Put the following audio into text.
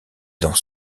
dans